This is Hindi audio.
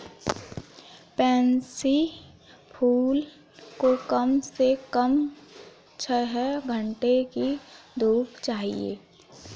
पैन्सी फूल को कम से कम छह घण्टे की धूप चाहिए